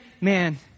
man